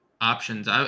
options